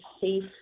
safe